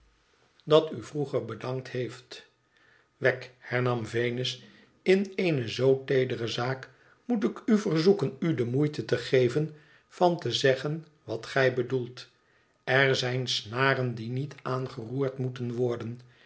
dat u vroeger bedankt heeft wegg hernam venus in eene zoo teedere zaak moet ik u verzoeken u de moeite te geven van te zeggen wat gij bedoelt er zijn snaren die met aangeroerd moeten worden